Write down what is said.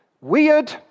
weird